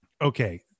okay